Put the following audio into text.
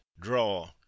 draw